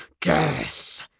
death